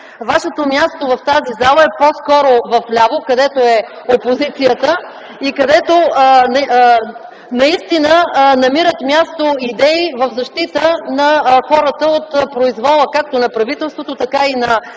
вашето място в тази зала е по-скоро вляво, където е опозицията и където наистина намират място идеи в защита на хората от произвола както на правителството, така и на